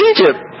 Egypt